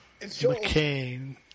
McCain